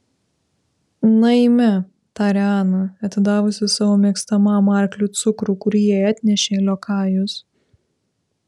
na eime tarė ana atidavusi savo mėgstamam arkliui cukrų kurį jai atnešė liokajus